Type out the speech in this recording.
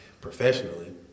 Professionally